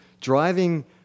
driving